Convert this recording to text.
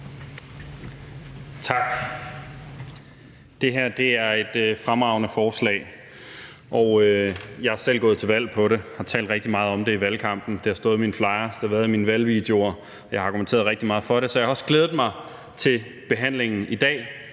Tak. Det her er et fremragende forslag. Jeg er selv gået til valg på det og har talt rigtig meget om det i valgkampen. Det har stået i mine flyers, det har været i mine valgvideoer, jeg har argumenteret rigtig meget for det, så jeg har også glædet mig til behandlingen i dag.